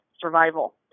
survival